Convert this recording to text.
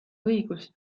õigust